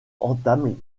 entame